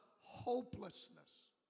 hopelessness